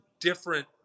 different